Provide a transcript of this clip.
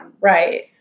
right